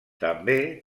també